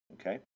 Okay